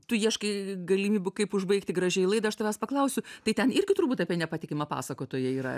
tu ieškai galimybių kaip užbaigti gražiai laidą aš tavęs paklausiu tai ten irgi turbūt apie nepatikimą pasakotoją yra